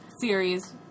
series